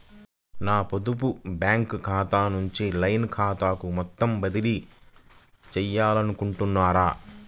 నా పొదుపు బ్యాంకు ఖాతా నుంచి లైన్ ఖాతాకు మొత్తం బదిలీ చేయాలనుకుంటున్నారా?